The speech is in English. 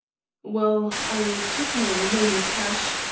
well, i took my remaining cash,